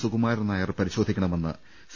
സുകുമാരൻ നായർ പരിശോധിക്കണമെന്ന് സി